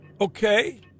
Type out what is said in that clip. Okay